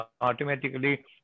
automatically